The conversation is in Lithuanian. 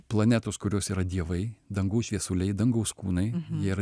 planetos kurios yra dievai dangaus šviesuliai dangaus kūnai jie yra